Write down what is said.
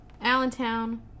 Allentown